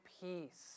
peace